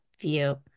view